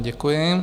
Děkuji.